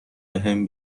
بهم